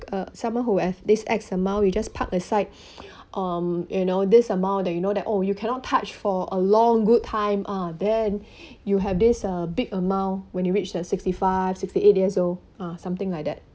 uh someone who have this X amount you just park aside um you know this amount that you know that oh you cannot touch for a long good time ah then you have this uh big amount when you reach uh sixty five sixty eight years old ah something like that